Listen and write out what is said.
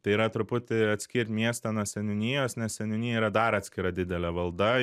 tai yra truputį atskirt miestą nuo seniūnijos nes seniūnija yra dar atskira didelė valda